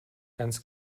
ganz